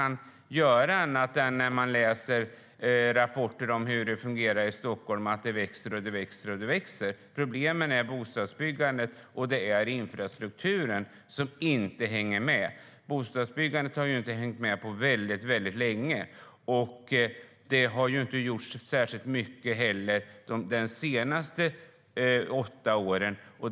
När man läser rapporter om hur det fungerar i Stockholm ser man att det växer och växer. Problemet är att bostadsbyggandet och infrastrukturen inte hänger med. Bostadsbyggandet har inte hängt med på väldigt länge. Det har inte heller gjorts särskilt mycket de senaste åtta åren.